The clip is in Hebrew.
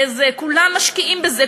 כולם משקיעים בזה,